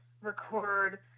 record